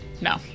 No